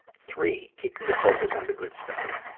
three, keeping the focus on the good stuff.